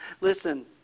Listen